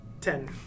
Ten